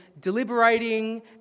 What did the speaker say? deliberating